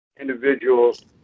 Individuals